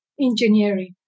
engineering